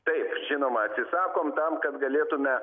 taip žinoma atsisakom tam kad galėtume